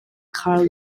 karl